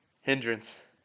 Hindrance